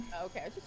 okay